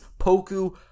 Poku